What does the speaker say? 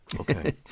Okay